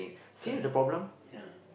correct lah ya